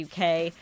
UK